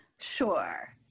Sure